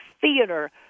theater